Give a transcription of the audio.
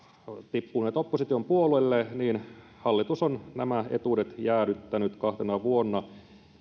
tippuneet opposition puolelle hallitus on nämä etuudet jäädyttänyt kahtena vuonna